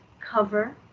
cover